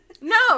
No